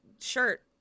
shirt